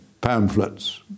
pamphlets